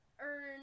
earn